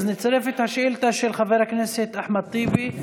אז נצרף את השאילתה של חבר הכנסת אחמד טיבי,